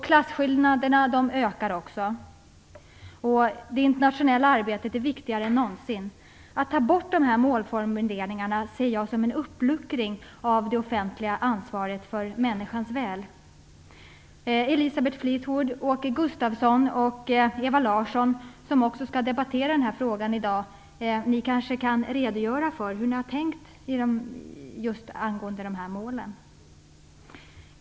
Klasskillnaderna ökar, och det internationella arbetet är viktigare än någonsin. Att ta bort de här målformuleringarna ser jag som en uppluckring av det offentliga ansvaret för människans väl. Elisabeth Fleetwood, Åke Gustavsson och Ewa Larsson, som också skall debattera den här frågan i dag, kanske kan redogöra för hur ni har tänkt just angående de här målen.